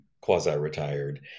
quasi-retired